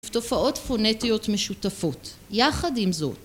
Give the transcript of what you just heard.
ותופעות פונטיות משותפות, יחד עם זאת.